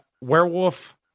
Werewolf